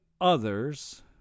others